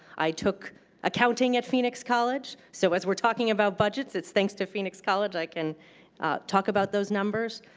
i took accounting at phoenix college. so as we are talking about budgets, it's thanks to phoenix college i can talk about those numbers.